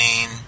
main